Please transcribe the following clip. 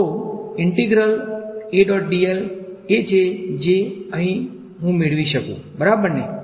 તો એ છે જે અહીંથી હું મેળવી શકું બરાબરને